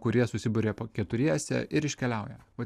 kurie susiburia po keturiese ir iškeliauja vat